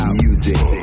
music